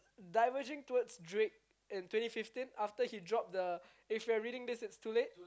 diverging towards Drake in twenty fifteen after he drop the if you're reading this it's too late